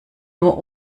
nur